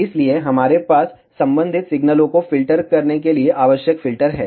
इसलिए हमारे पास संबंधित सिग्नलों को फ़िल्टर करने के लिए आवश्यक फ़िल्टर हैं